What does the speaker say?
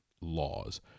laws